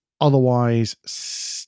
otherwise